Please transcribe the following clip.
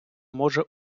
може